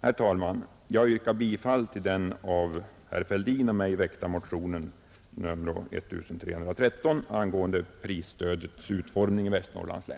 Herr talman! Jag yrkar bifall till den av herr Fälldin och mig väckta motionen nr 1313 angående prisstödets utformning i Västernorrlands län.